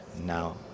now